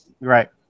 Right